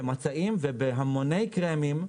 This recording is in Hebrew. במצעים ובהמוני קרמים,